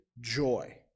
joy